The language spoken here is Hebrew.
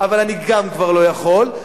אבל אני גם כבר לא יכול,